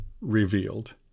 revealed